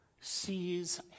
sees